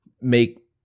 make